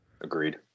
Agreed